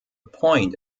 point